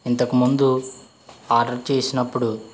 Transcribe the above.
ఇంతకుముందు ఆర్డర్ చేసినప్పుడు